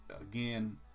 again